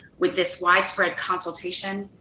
with this widespread consultation,